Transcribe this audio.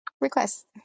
request